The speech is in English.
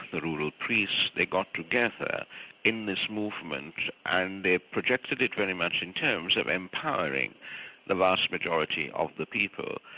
the rural priest, they got together in this movement and they projected it very much in terms of empowering the vast majority of the people,